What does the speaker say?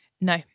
no